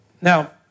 Now